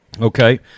Okay